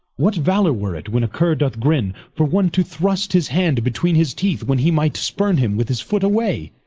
what valour were it, when a curre doth grinne, for one to thrust his hand betweene his teeth, when he might spurne him with his foot away?